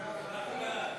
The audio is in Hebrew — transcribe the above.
בעד.